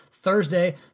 Thursday